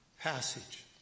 passage